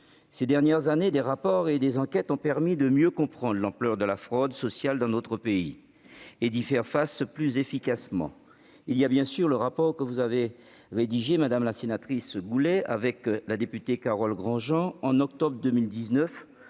Ces dernières années, des rapports et des enquêtes ont permis de mieux comprendre l'ampleur de la fraude sociale dans notre pays et d'y faire face plus efficacement. Il y a bien sûr le rapport de mission que vous avez rédigé avec la députée Carole Grandjean au mois d'octobre 2019,